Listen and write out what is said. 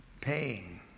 paying